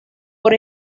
por